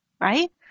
right